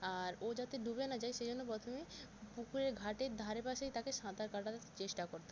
আর ও যাতে ডুবে না যায় সেজন্য প্রথমে পুকুরে ঘাটের ধারে পাশেই তাকে সাঁতার কাটাতে চেষ্টা করতাম